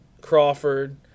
Crawford